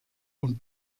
und